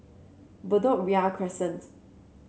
Bedok Ria Crescent